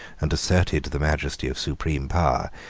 and asserted the majesty of supreme power,